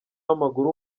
w’amaguru